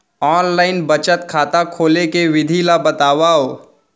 Online बचत खाता खोले के विधि ला बतावव?